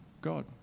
God